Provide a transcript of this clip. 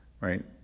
right